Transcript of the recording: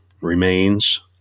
remains